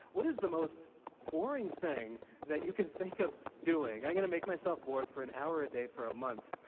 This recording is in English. what is the most boring thing that you can think of doing? i'm going to make myself bored for an hour a day, for a month.